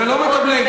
לא מקבלים.